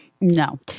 No